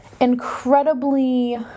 incredibly